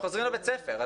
הם חוזרים לבית הספר,